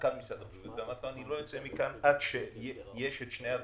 למנכ"ל משרד הבריאות ואמרתי לו שאני לא יוצא מכאן עד שיש את שני הדברים: